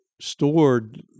stored